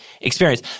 experience